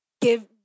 give